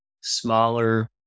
smaller